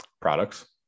products